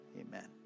amen